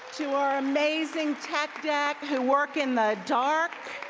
to our amazing tech deck who work in the dark.